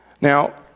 Now